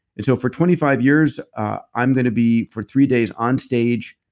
and so for twenty five years, i'm gonna be, for three days onstage,